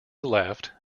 left